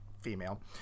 female